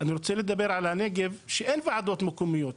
אני רוצה לדבר על הנגב שאין ועדות מקומיות.